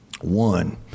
one